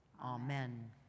Amen